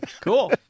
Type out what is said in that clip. cool